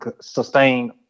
sustain